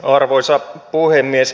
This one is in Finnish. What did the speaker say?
arvoisa puhemies